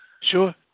Sure